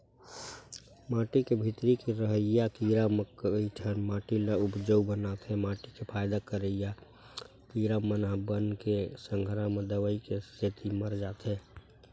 माटी के भीतरी के रहइया कीरा म कइठन माटी ल उपजउ बनाथे माटी के फायदा करइया कीरा मन ह बन के संघरा म दवई के सेती मर जाथे